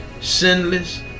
sinless